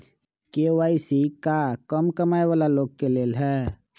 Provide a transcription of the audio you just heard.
KYC का कम कमाये वाला लोग के लेल है?